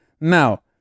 Now